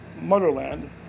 motherland